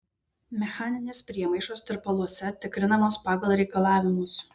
mechaninės priemaišos tirpaluose tikrinamos pagal reikalavimus